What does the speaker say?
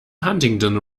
huntingdon